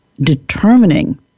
determining